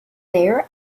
there